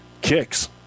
kicks